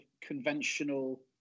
conventional